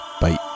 Bye